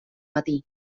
matí